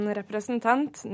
representant